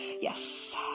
Yes